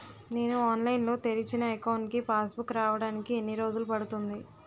నేను ఆన్లైన్ లో తెరిచిన అకౌంట్ కి పాస్ బుక్ రావడానికి ఎన్ని రోజులు పడుతుంది?